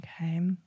okay